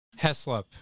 Heslop